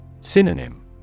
Synonym